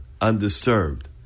undisturbed